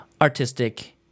artistic